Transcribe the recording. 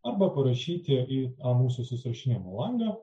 arba parašyti į mūsų susirašinėjimo langą